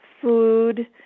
food